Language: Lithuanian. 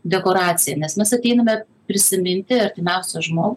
dekoracija nes mes ateiname prisiminti artimiausią žmo